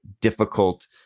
difficult